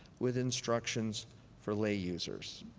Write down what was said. with instructions for lay users?